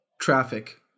traffic